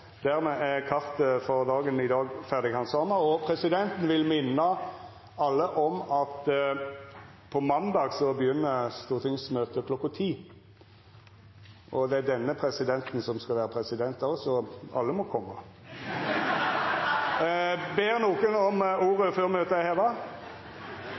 Dermed er kartet for i dag ferdig handsama. Presidenten vil minna alle om at på måndag begynner stortingsmøtet kl. 10. Det er denne presidenten som skal vera president då, så alle må koma. Ber nokon om